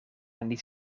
niet